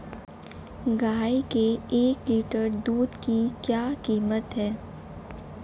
गाय के एक लीटर दूध की क्या कीमत है?